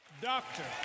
Doctor